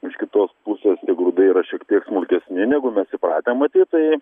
iš kitos pusės grūdai yra šiek tiek smulkesni negu mes įpratę matyt tai